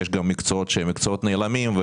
יש גם מקצועות נעלמים.